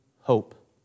hope